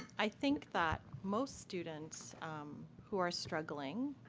i think that most students who are struggling,